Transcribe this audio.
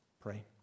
pray